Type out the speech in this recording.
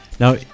Now